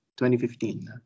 2015